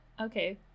Okay